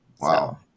Wow